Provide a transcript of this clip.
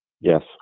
Yes